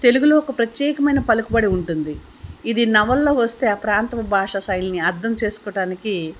తెలుగులో ఒక ప్రత్యేకమైన పలుకుబడి ఉంటుంది ఇది నవల్లో వస్తే ఆ ప్రాంతం భాష శైలిని అర్థం చేసుకోవటానికి